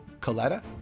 Coletta